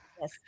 Yes